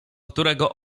którego